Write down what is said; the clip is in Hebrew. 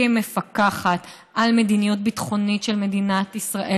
כמפקחת על מדיניות ביטחונית של מדינת ישראל